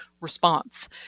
response